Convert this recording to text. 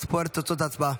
ספור את תוצאות ההצבעה.